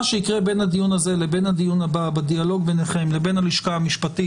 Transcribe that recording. מה שיקרה בין הדיון הזה לבין הדיון הבא בדיאלוג ביניכם לבין הלשכה המשפטית